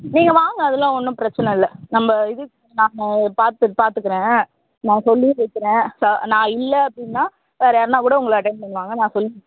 நீங்கல் வாங்க அதெல்லாம் ஒன்றும் பிரச்சனை இல்லை நம்ம இதுக்கு நம்ம பார்த்து பார்த்துக்குறேன் நான் சொல்லியும் வைக்கிறேன் ச நான் இல்லை அப்படின்னா வேற யாருன்னால் கூட உங்களை அட்டென் பண்ணுவாங்க நான் சொல்லி